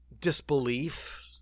disbelief